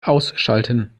ausschalten